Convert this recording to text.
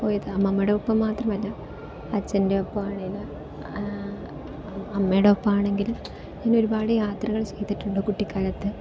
പോയി അമ്മമ്മയുടെ ഒപ്പം മാത്രമല്ല അച്ഛൻ്റെയൊപ്പം ആണെങ്കിൽ അമ്മയുടെ ഒപ്പം ആണെങ്കിൽ അങ്ങനെ ഒരുപാട് യാത്രകൾ ചെയ്തിട്ടുണ്ട് കുട്ടിക്കാലത്ത്